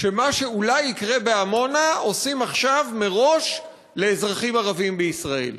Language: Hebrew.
שמה שאולי יקרה בעמונה עושים עכשיו מראש לאזרחים ערבים בישראל.